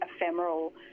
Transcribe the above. ephemeral